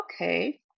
Okay